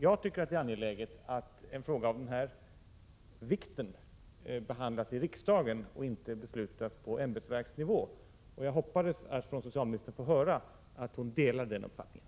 Jag tycker att det är angeläget att en fråga av den här vikten behandlas i riksdagen och inte beslutas på ämbetsverksnivå. Jag hoppades att få höra från socialministern att hon delar den uppfattningen.